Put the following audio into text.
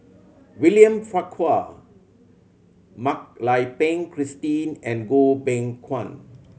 William Farquhar Mak Lai Peng Christine and Goh Beng Kwan